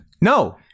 no